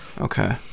okay